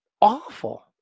awful